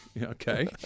Okay